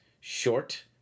short